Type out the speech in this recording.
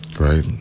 Right